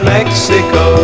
Mexico